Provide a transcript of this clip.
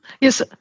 yes